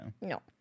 No